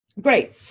great